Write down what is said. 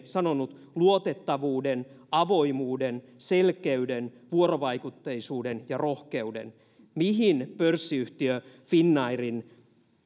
sanonut luotettavuuden avoimuuden selkeyden vuorovaikutteisuuden ja rohkeuden mihin pörssiyhtiö finnairin